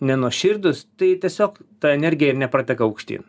nenuoširdūs tai tiesiog ta energija ir neprateka aukštyn